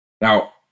Now